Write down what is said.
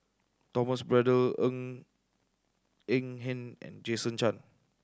Thomas Braddell Ng Eng Hen and Jason Chan